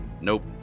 Nope